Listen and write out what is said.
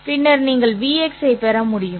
பின்னர் நீங்கள் Vx ஐப் பெற முடியும்